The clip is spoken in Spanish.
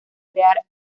crear